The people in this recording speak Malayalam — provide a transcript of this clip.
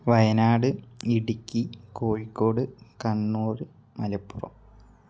വയനാട് ഇടുക്കി കോഴിക്കോട് കണ്ണൂർ മലപ്പുറം